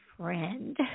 friend